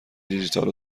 دیجیتال